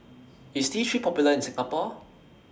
IS T three Popular in Singapore